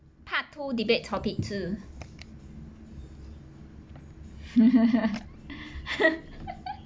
part two debate topic two